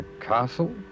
Castle